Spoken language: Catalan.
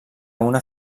una